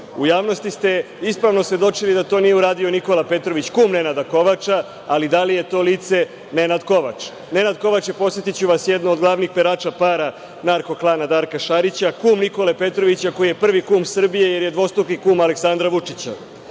U javnosti ste ispravno svedočili da to nije uradio Nikola Petrović kum Nenada Kovača, ali da li je to lice Nenad Kovač? Nenad Kovač je, podsetiću vas, jedan od glavnih perača para narko klana Darka Šarića, kum Nikole Petrovića koji je prvi kum Srbije, jer je dvostruki kum Aleksandra Vučića. Drugo